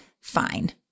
Fine